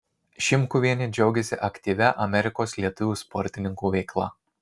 šimkuvienė džiaugiasi aktyvia amerikos lietuvių sportininkų veikla